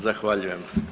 Zahvaljujem.